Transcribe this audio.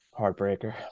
Heartbreaker